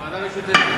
זו ועדה משותפת.